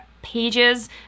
pages